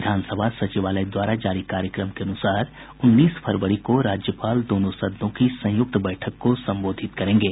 विधान सभा सचिवालय द्वारा जारी कार्यक्रम के अनुसार उन्नीस फरवरी को राज्यपाल दोनों सदनों की संयुक्त बैठक को संबोधित करेंगे